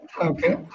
okay